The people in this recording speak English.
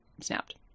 snapped